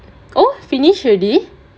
oh finished already